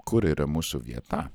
kur yra mūsų vieta